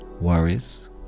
Worries